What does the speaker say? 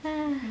ah